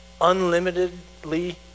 unlimitedly